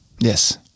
yes